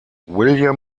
william